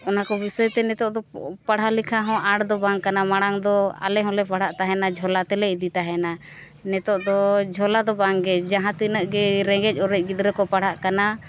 ᱚᱱᱟ ᱠᱚ ᱵᱤᱥᱚᱭᱛᱮ ᱱᱤᱛᱚᱜ ᱫᱚ ᱯᱟᱲᱦᱟᱣ ᱞᱮᱠᱷᱟ ᱦᱚᱸ ᱟᱴ ᱫᱚ ᱵᱟᱝ ᱠᱟᱱᱟ ᱢᱟᱲᱟᱝ ᱫᱚ ᱟᱞᱮ ᱦᱚᱸᱞᱮ ᱯᱟᱲᱦᱟᱜ ᱛᱟᱦᱮᱱᱟ ᱡᱷᱚᱞᱟ ᱛᱮᱞᱮ ᱤᱫᱤ ᱛᱟᱦᱮᱱᱟ ᱱᱤᱛᱚᱜ ᱫᱚ ᱡᱷᱚᱞᱟ ᱫᱚ ᱵᱟᱝᱜᱮ ᱡᱟᱦᱟᱸ ᱛᱤᱱᱟᱹᱜ ᱜᱮ ᱨᱮᱸᱜᱮᱡ ᱚᱨᱮᱡ ᱜᱤᱫᱽᱨᱟᱹ ᱠᱚ ᱯᱟᱲᱦᱟᱜ ᱠᱟᱱᱟ